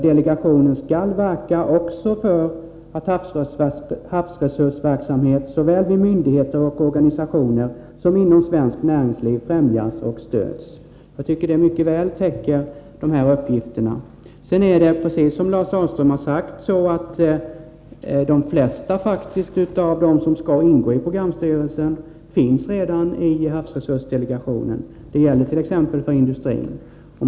: ”Delegationen skall verka också för att havsresursverksamhet såväl vid myndigheter och organisationer som inom svenskt näringsliv främjas och stöds.” De flesta av dem som skall ingå i programstyrelsen finns, precis som Lars Ahlström har sagt, redan i havsresursdelegationen. Det gäller t.ex. för industrin.